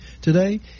Today